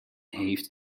heeft